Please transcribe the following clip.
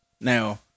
now